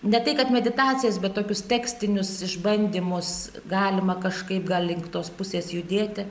ne tai kad meditacijas bet tokius tekstinius išbandymus galima kažkaip gal link tos pusės judėti